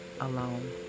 alone